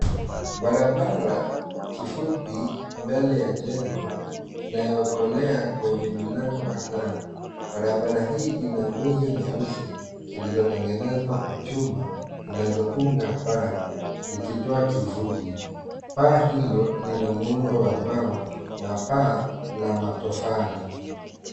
Barabara kifupi mbele ya jengo inayokolea kwenye milango kadhaa, barabara hii ina nguzo nyeusi zilizotengenezwa kwa chuma zinazounga paa zikitoa kivuli ,paa hilo lina muundo wa mbao na paa ya matofali.